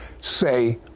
say